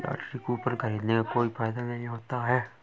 lottery coupon खरीदने का कोई फायदा नहीं होता है